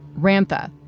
Ramtha